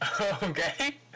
Okay